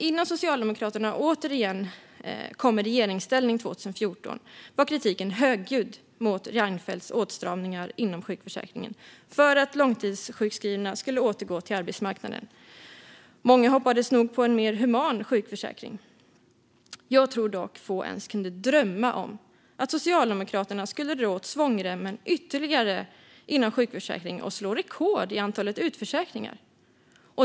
Innan Socialdemokraterna 2014 återigen kom i regeringsställning var kritiken högljudd mot Reinfeldts åtstramningar inom sjukförsäkringen för att långtidssjukskrivna skulle återgå till arbetsmarknaden. Många hoppades nog på en mer human sjukförsäkring. Jag tror dock att få ens kunde drömma om att Socialdemokraterna skulle dra åt svångremmen ytterligare inom sjukförsäkringen och slå rekord i antalet utförsäkringar.